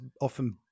often